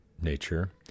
nature